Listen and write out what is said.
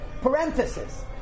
Parenthesis